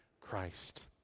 Christ